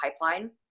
pipeline